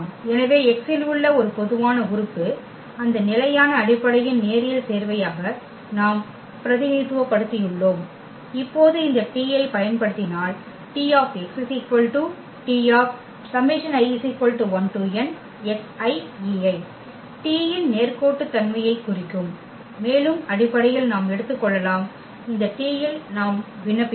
எனவே x இல் உள்ள ஒரு பொதுவான உறுப்பு அந்த நிலையான அடிப்படையின் நேரியல் சேர்வையாக நாம் பிரதிநிதித்துவப்படுத்தியுள்ளோம் இப்போது இந்த T ஐப் பயன்படுத்தினால் T இன் நேர்கோட்டுத்தன்மையைக் குறிக்கும் மேலும் அடிப்படையில் நாம் எடுத்துக்கொள்ளலாம் இந்த T இல் நான் விண்ணப்பிக்கலாம்